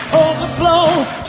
overflow